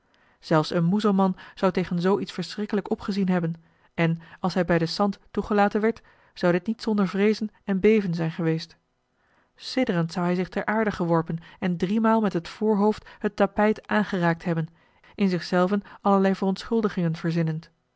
zelfs een muzelman zou tegen zoo iets verschrikkelijk opgezien hebben en als hij bij den sant toegelaten werd zou dit niet zonder vreezen en beven zijn geweest sidderend zou hij zich ter aarde geworpen en driemaal met het voorhoofd het tapijt aangeraakt hebben in zichzelven allerlei verontschuldigingen verzinnend